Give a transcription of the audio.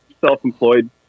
self-employed